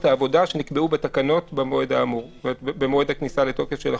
העבודה שנקבעו בתקנות במועד הכניסה לתוקף של החוק.